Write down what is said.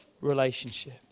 relationship